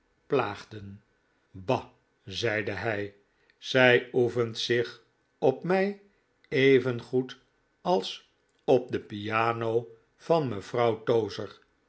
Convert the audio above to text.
plaagden bah zeide hij zij oefent zich op mij evengoed als op de piano van mevrouw tozer